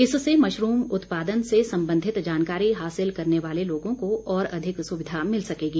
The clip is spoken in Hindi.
इससे मशरूम उत्पादन से संबंधित जानकारी हासिल करने वाले लोगों को और अधिक सुविधा मिल सकेगी